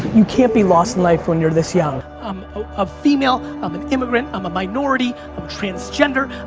you can't be lost in life when you're this young. i'm a female. i'm an immigrant. i'm a minority. i'm transgender.